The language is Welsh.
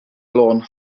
lôn